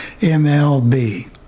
MLB